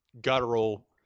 guttural